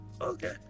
Okay